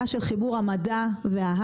ההייטק לא צומח מעצמו,